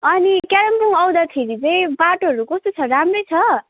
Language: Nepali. अनि कालिम्पोङ आउँदाखेरि चाहिँ बाटोहरू कस्तो छ राम्रै छ